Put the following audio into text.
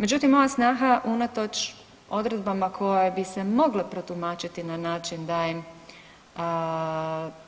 Međutim, moja snaha unatoč odredbama koje bi se mogle protumačiti na način da im